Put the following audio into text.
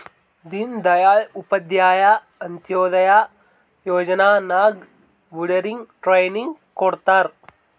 ದೀನ್ ದಯಾಳ್ ಉಪಾಧ್ಯಾಯ ಅಂತ್ಯೋದಯ ಯೋಜನಾ ನಾಗ್ ಬಡುರಿಗ್ ಟ್ರೈನಿಂಗ್ ಕೊಡ್ತಾರ್